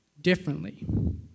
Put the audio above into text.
differently